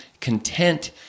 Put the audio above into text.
content